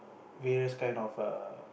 various kind of a